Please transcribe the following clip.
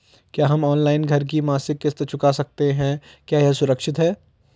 क्या हम ऑनलाइन घर की मासिक किश्त चुका सकते हैं क्या यह सुरक्षित है?